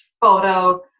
photo